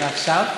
ועכשיו?